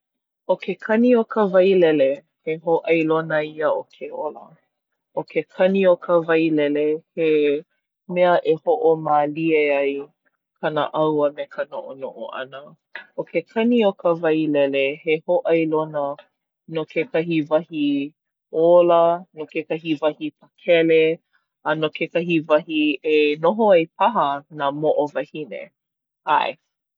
ʻO ke kani o ka wailele he hōʻailona ia o ke ola. ʻO ke kani o ka wailele he mea e hoʻomālie ai ka naʻau a me ka noʻonoʻo ʻana. ʻO ke kani o ka wailele he hōʻailona no kekahi wahi ola, no kekahi wahi pakele, a no kekahi wahi e noho ai paha nā moʻo wahine. ʻAe.